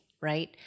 right